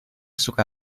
suka